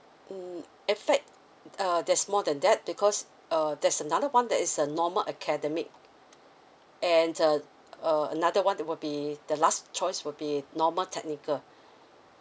mm in fact uh there's more than that because uh there's another one that is a normal academic and the uh another one will be the last choice will be normal technical